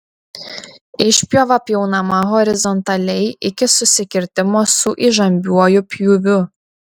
išpjova pjaunama horizontaliai iki susikirtimo su įžambiuoju pjūviu